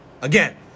Again